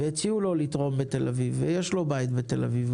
הציעו לו לתרום בתל-אביב, ויש לו בית בתל-אביב.